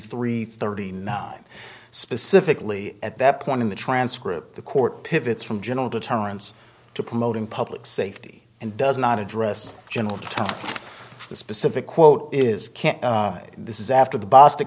three thirty nine specifically at that point in the transcript the court pivots from general deterrence to promoting public safety and does not address general to the specific quote is can't this is after the boss to